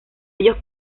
ellos